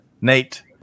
Nate